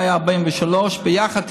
היו 43. ביחד,